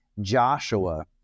Joshua